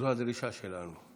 זו הדרישה שלנו.